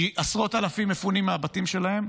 כי עשרות אלפים מפונים מהבתים שלהם.